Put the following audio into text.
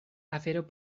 afero